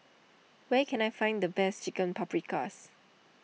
where can I find the best Chicken Paprikas